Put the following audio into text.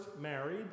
married